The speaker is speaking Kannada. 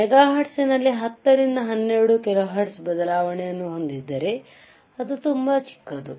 ಮೆಗಾಹರ್ಟ್ಜ್ ನಲ್ಲಿ 10 ರಿಂದ 12 ಹರ್ಟ್ಜ್ ಬದಲಾವಣೆಯನ್ನು ಹೊಂದಿದ್ದರೆ ಅದು ತುಂಬಾ ಚಿಕ್ಕದು